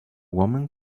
woman